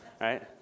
right